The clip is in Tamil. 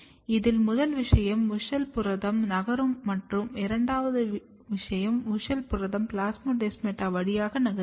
இதில் முதல் விஷயம் WUSCHEL புரதம் நகரும் மற்றும் இரண்டாவது விஷயம் WUSCHEL புரதம் பிளாஸ்மோடெஸ்மாடா வழியாக நகர்கிறது